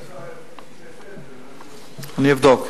אדוני השר, אני אבדוק.